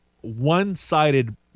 one-sided